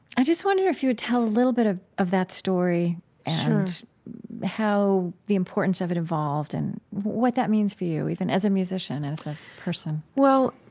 i just wonder if you would tell a little bit of of that story and how the importance of it evolved and what that means for you even, as a musician, as a person sure. well,